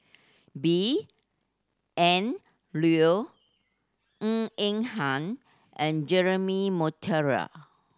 B N Rao Ng Eng Hen and Jeremy Monteiro